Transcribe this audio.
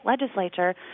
legislature